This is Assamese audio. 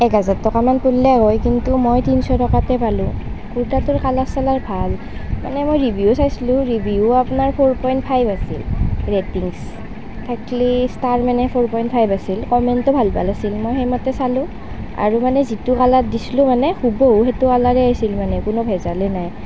এক হাজাৰমান টকা পৰিলে হয় কিন্তু মই তিনিশ টকাতে পালোঁ কুৰ্টাটোৰ কালাৰ চালাৰ ভাল মানে মই ৰিভিউ চাইছিলোঁ ৰিভিউ আপোনাৰ ফৰ পইণ্ট ফাইভ আছিল ৰেটিংচ থাকলি ষ্টাৰ মানে ফৰ পইণ্ট ফাইভ আছিল কমেণ্টো ভাল ভাল আছিল মই সেইমতে চালোঁ আৰু মানে যিটো কালাৰ দিছিলোঁ মানে হুবহু সেইটো কালাৰেই আহিছিল মানে কোনো ভেজালেই নাই